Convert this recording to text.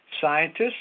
Scientists